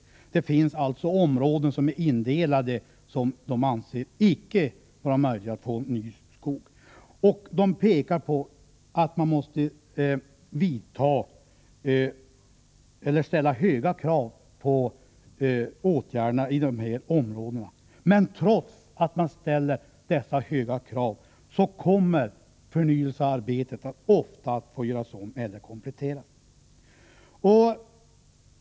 Det finns alltså indelade områden, där de inte anser det möjligt att få ny skog. De betonar också att man måste ställa höga krav på åtgärder i dessa områden. Men trots att man ställer dessa höga krav, kommer förnyelsearbetet ofta att få göras om eller kompletteras.